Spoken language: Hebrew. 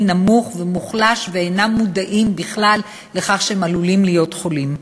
נמוך ומוחלש ואינם מודעים בכלל לכך שהם עלולים להיות חולים.